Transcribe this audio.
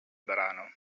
brano